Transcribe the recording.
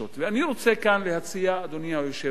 ואני רוצה כאן להציע, אדוני היושב-ראש,